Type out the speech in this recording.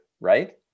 Right